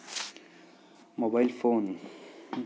mobile phone